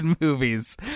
movies